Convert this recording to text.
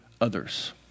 others